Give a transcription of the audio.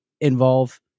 involve